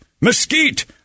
mesquite